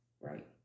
Right